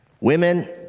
Women